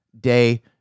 day